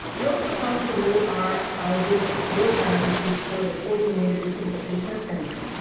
they also come through our outreach program, which is called the coordinated victims assistance center,